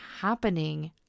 happening